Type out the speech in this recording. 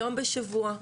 יום בשבוע,